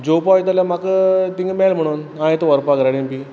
जेवपा वयता जाल्या म्हाका थिंगां मेळ म्होणोन हांव येता व्हरपा घराडेन